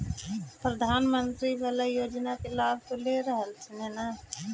प्रधानमंत्री बाला योजना के लाभ तो ले रहल्खिन ह न?